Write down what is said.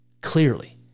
clearly